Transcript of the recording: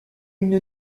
une